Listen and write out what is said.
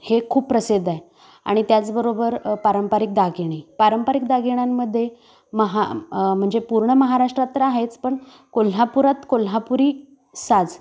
हे खूप प्रसिद्ध आहे आणि त्याचबरोबर पारंपरिक दागिने पारंपरिक दागिन्यांमध्ये महा म्हणजे पूर्ण महाराष्ट्रात तर आहेच पण कोल्हापुरात कोल्हापुरी साज